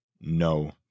No